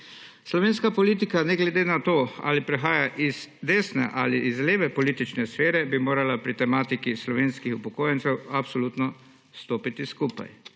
Slovenska politika, ne glede na to, ali prihaja iz desne ali iz leve politične sfere, bi morala pri tematiki slovenskih upokojencev absolutno stopiti skupaj.